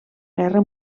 guerra